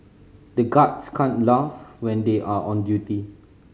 the guards can't laugh when they are on duty